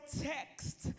text